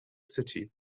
city